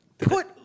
Put